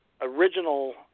original